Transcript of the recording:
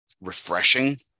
refreshing